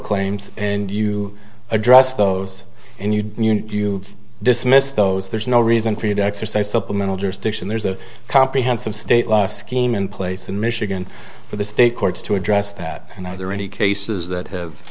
claims and you address those and you you dismiss those there's no reason for you to exercise supplemental jurisdiction there's a comprehensive state law scheme in place in michigan for the state courts to address that and are there any cases that